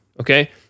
Okay